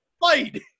fight